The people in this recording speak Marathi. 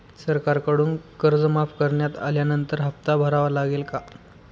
सरकारकडून कर्ज माफ करण्यात आल्यानंतर हप्ता भरावा लागेल का?